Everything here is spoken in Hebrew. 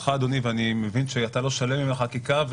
אותך אדוני, ואני מבין שאתה לא שלם עם החקיקה.